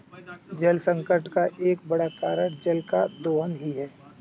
जलसंकट का एक बड़ा कारण जल का दोहन ही है